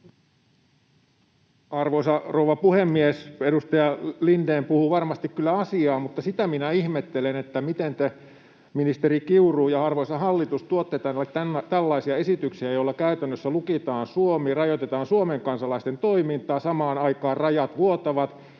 Arvoisa rouva puhemies! Edustaja Lindén puhuu varmasti kyllä asiaa, mutta sitä minä ihmettelen, miten te, ministeri Kiuru ja arvoisa hallitus, tuotte tänne tällaisia esityksiä, joilla käytännössä lukitaan Suomi, rajoitetaan Suomen kansalaisten toimintaa, ja samaan aikaan rajat vuotavat.